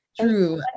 true